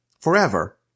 forever